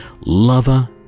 lover